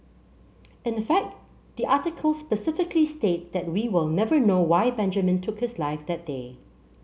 in a fact the article specifically states that we will never know why Benjamin took his life that day